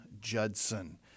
Judson